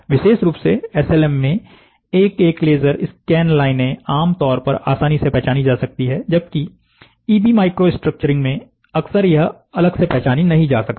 विशेष रुप से एसएलएम में एक एक लेजर स्कैन लाइनें आमतौर पर आसानी से पहचानी जा सकती है जबकिइबी माइक्रो स्ट्रक्चरिंग में अक्सर यह अलग से पहचानी नहीं जा सकती है